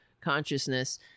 consciousness